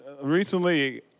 recently